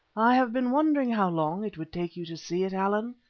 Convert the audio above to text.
i have been wondering how long it would take you to see it, allan,